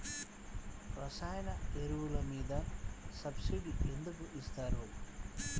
రసాయన ఎరువులు మీద సబ్సిడీ ఎందుకు ఇస్తారు?